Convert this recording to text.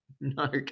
no